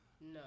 No